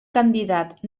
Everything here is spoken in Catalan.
candidat